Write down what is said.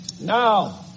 Now